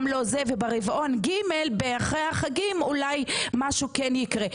ברבעון ג', אחרי החגים, אולי משהו כן יקרה".